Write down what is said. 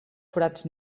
forats